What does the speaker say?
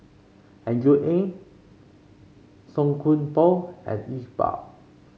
Andrew Ang Song Koon Poh and Iqbal